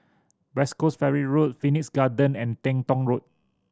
West Coast Ferry Road Phoenix Garden and Teng Tong Road